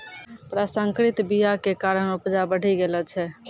प्रसंकरित बीया के कारण उपजा बढ़ि गेलो छै